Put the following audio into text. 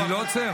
אני לא עוצר.